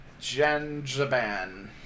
Genjaban